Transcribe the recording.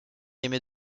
émet